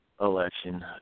election